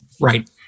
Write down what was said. Right